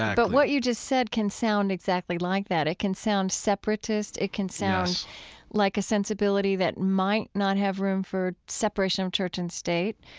but what you just said can sound exactly like that. it can sound separatist. it can sound like a sensibility that might not have room for separation of church and state,